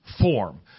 form